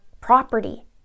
property